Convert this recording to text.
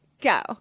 Go